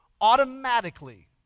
Automatically